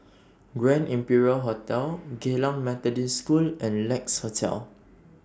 Grand Imperial Hotel Geylang Methodist School and Lex Hotel